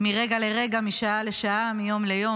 מרגע לרגע, משעה לשעה, מיום ליום.